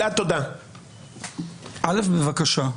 בבקשה,